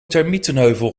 termietenheuvel